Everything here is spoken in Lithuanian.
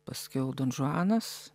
paskiau don žuanas